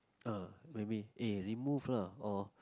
ah maybe eh remove lah or